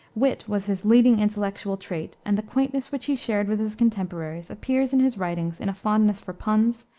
wit was his leading intellectual trait, and the quaintness which he shared with his contemporaries appears in his writings in a fondness for puns,